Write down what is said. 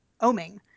oming